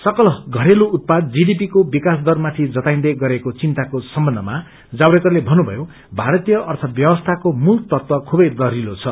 सकल घरेलू उत्पाद जीडिपी को विकास दरमाथि जताईन्दै गरेको चिन्ताको सम्बन्धमा जावडेकरले थन्नुथयो भारतीय अर्थ व्यवस्थाको मूल तत्व खूबै दहिलो छ